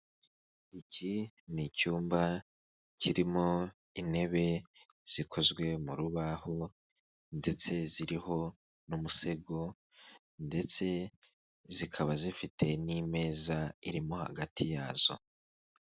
Iki ni icyumba kirimo intebe zikozwe mu rubaho ndetse ziriho n'umusego ndetse zikaba zifite n'imeza irimo hagati yazo.